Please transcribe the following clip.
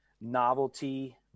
novelty